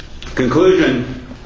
Conclusion